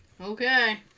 Okay